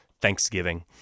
thanksgiving